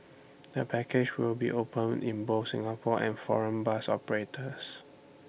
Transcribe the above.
the package will be open in both Singapore and foreign bus operators